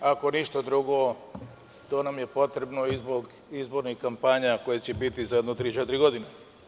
Ako ništa drugo, to nam je potrebno i zbog izbornih kampanja koje će biti za jedno tri-četiri godine.